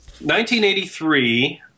1983